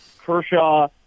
Kershaw